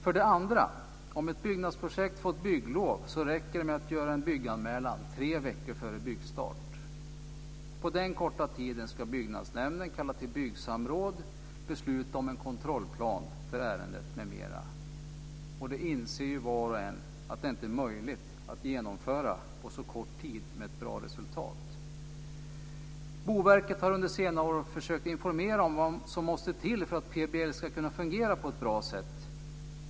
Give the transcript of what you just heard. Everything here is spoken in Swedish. För det andra: Om ett byggnadsprojekt fått bygglov räcker det med att göra en bygganmälan tre veckor före byggstart. På den korta tiden ska byggnadsnämnden kalla till byggsamråd, besluta om en kontrollplan för ärendet m.m. Var och en inser att det inte är möjligt att genomföra det på så kort tid med ett bra resultat. Boverket har under senare år försökt informera om vad som måste till för att PBL ska kunna fungera på ett bra sätt.